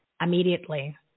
immediately